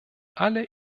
alle